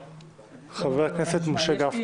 חבר הכנסת משה גפני,